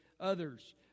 others